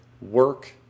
work